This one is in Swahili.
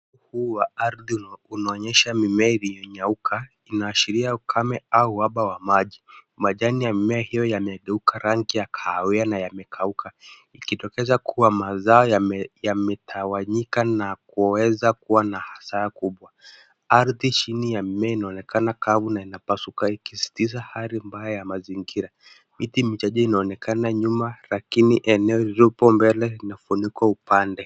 Ukuu wa ardhi unaonyesha mimea iliyonyauka. Inaashiria ukame au uhaba wa maji. Majani ya mimea hiyo yamegeuka rangi ya kahawia na yamekauka. Ikitokeza kuwa mazao yame, yametawanyika na kuweza kuwa na hasara kubwa. Ardhi chini ya mimea inaonekana kavu na ikipasuka ikisisitiza hali mbaya ya mazingira. Miti michache inaonekana nyuma lakini eneo lililopo mbele linafunikwa upande.